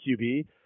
QB